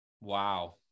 Wow